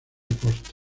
costa